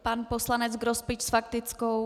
Pan poslanec Grospič s faktickou.